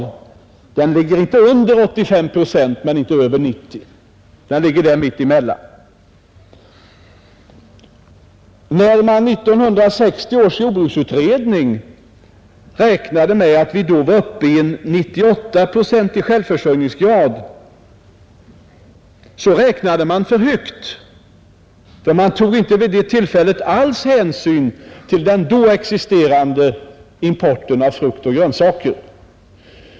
Självförsörjningsgraden ligger inte under 85 procent men inte heller över 90; den ligger där mitt emellan. När man i 1960 års jordbruksutredning räknade med att vi var uppe i en 98-procentig självförsörjningsgrad, räknade man för högt. Man tog vid det tillfället inte alls hänsyn till den då existerande importen av frukt och grönsaker.